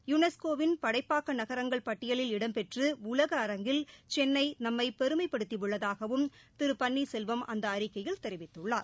யுனேஸ்கோவின் படைப்பாக்க நகரங்கள் பட்டியலில் இடம் பெற்று உலக அரங்கில் சென்னை நம்மை பெருமைப்படுத்தியுள்ளதாகவும் திரு பன்னீர் செல்வம் அந்த அறிக்கையில் தெரிவித்துள்ளார்